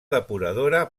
depuradora